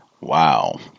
Wow